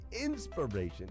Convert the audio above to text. inspiration